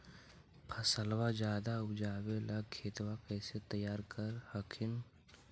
फसलबा ज्यादा उपजाबे ला खेतबा कैसे तैयार कर हखिन?